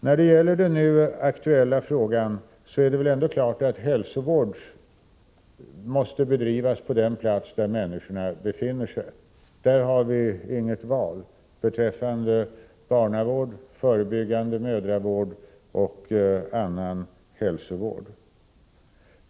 När det gäller den nu aktuella frågan står det väl ändå klart att hälsovård måste bedrivas på den plats där människorna befinner sig. Vi har inget val beträffande barnavård, förebyggande mödravård och annan hälsovård.